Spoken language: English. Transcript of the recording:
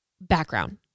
background